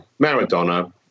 Maradona